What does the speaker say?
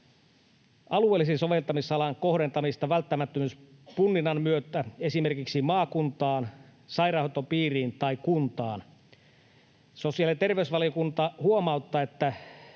alueellisen soveltamisalan kohdentamista välttämättömyyspunninnan myötä esimerkiksi maakuntaan, sairaanhoitopiiriin tai kuntaan. Sosiaali‑ ja terveysvaliokunta huomauttaa, että